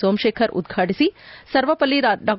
ಸೋಮಶೇಖರ್ ಉದ್ಘಾಟಿಸಿ ಸರ್ವಪಲ್ಲಿ ಡಾ